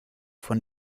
von